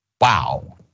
Wow